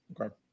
Okay